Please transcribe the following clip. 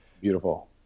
Beautiful